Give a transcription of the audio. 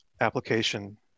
application